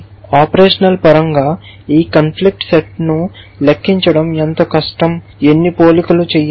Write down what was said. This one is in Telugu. ఎన్ని ఆపరేషన్ల పరంగా ఈ కాన్ఫ్లిక్ట్ సెట్ లెక్కించడం ఎంత కష్టం ఎన్ని పోలికలు చేయాలి